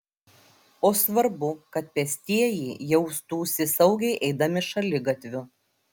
o svarbu kad pėstieji jaustųsi saugiai eidami šaligatviu